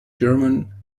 german